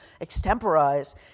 extemporize